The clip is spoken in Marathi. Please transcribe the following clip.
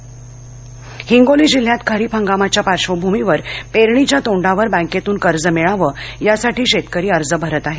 कर्ज हिंगोली हिंगोली जिल्ह्यात खरिप हंगामाच्या पार्श्वभूमीवर पेरणीच्या तोंडावर बँकेतून कर्ज मिळावं यासाठी शेतकरी अर्ज भरत आहेत